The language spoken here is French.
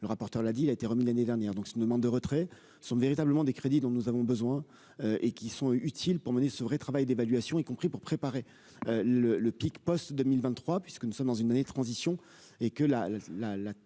le rapporteur l'a dit, il a été remis l'année dernière donc demande de retrait sont véritablement des crédits dont nous avons besoin et qui sont utiles pour mener ce vrai travail d'évaluation, y compris pour préparer le le pic post-2023, puisque nous sommes dans une année de transition